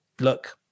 look